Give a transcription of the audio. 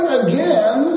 again